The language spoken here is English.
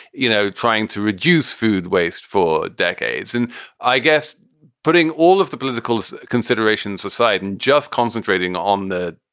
you know, trying to reduce food waste for decades and i guess putting all of the political considerations aside and just concentrating on the,